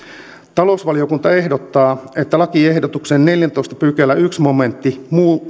talousvaliokunta ehdottaa että lakiehdotuksen neljännentoista pykälän ensimmäinen momentti